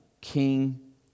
King